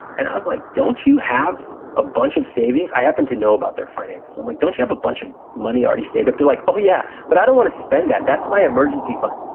and i was like, don't you have a bunch of savings? i happen to know about their finances. i'm like, don't you have a bunch of money already saved up? they're like, oh, yeah, but i don't wanna spend that. that's my emergency fund.